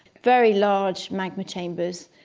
very large magma chambers.